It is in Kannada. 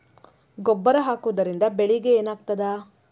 ಗೊಬ್ಬರ ಹಾಕುವುದರಿಂದ ಬೆಳಿಗ ಏನಾಗ್ತದ?